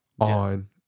on